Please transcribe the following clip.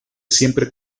siempre